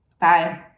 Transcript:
Bye